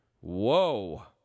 Whoa